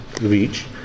reach